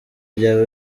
byaba